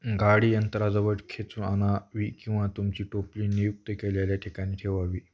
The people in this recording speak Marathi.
गाडी अंतराजवळ खेचून आणावी किंवा तुमची टोपली नियुक्त केलेल्या ठिकाणी ठेवावी